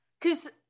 Cause